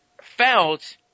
felt